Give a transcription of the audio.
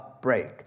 break